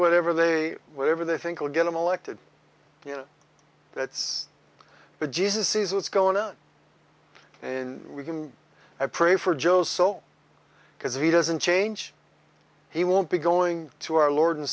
whatever they whatever they think will get him elected you know that's the jesus sees what's going on in we can i pray for joe's soul because if he doesn't change he won't be going to our lord and